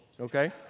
okay